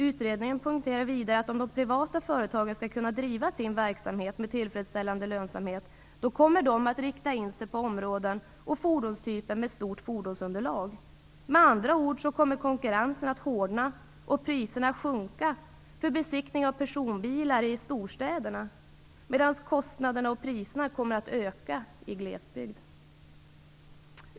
Utredarna poängterar vidare att de privata företagen, för att kunna driva sin verksamhet med tillfredsställande lönsamhet, kommer att rikta in sig på områden och fordonstyper med stort fordonsunderlag. Med andra ord kommer konkurrensen att hårdna och priserna att sjunka för besiktning av personbilar i storstäderna, medan kostnaderna och priserna kommer att öka i glesbygd.